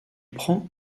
prend